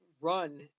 run